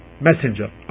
Messenger